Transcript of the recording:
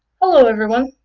hello everyone!